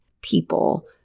people